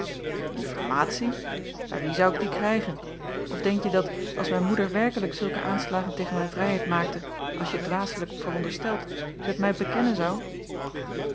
informatie bij wie zou ik die krijgen of denkje jacob van ennep laasje evenster mijn moeder werkelijk zulke aanslagen tegen mijn vrijheid maakte als je dwaaslijk veronderstelt zij t mij bekennen zou